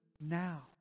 Now